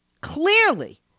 clearly